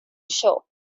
show